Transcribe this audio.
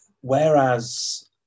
whereas